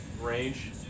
range